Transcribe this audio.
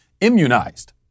immunized